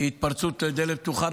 התפרצות לדלת פתוחה,